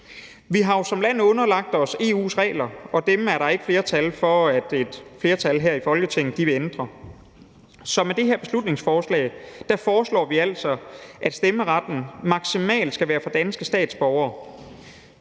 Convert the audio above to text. Vi har jo som land underlagt os EU's regler, og dem er der ikke flertal her i Folketinget for at ændre. Så med det her beslutningsforslag foreslår vi altså, at der maksimalt skal være stemmeret for danske statsborgere,